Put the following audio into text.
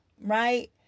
right